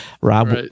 Rob